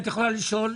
את יכולה לשאול בקצרה,